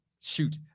Shoot